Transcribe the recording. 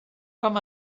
com